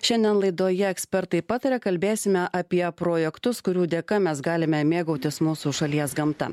šiandien laidoje ekspertai pataria kalbėsime apie projektus kurių dėka mes galime mėgautis mūsų šalies gamta